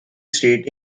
street